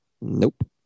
Nope